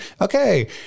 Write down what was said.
Okay